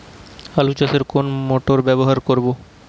আলু চাষে কোন মোটর ব্যবহার করব?